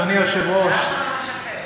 אדוני היושב-ראש,